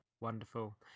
Wonderful